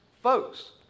folks